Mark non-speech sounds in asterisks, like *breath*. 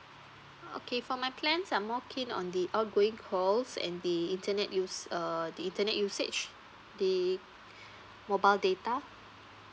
okay for my plans are more keen on the outgoing calls and the internet use uh the internet usage the *breath* mobile data